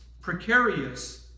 precarious